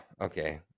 okay